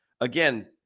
again